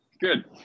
Good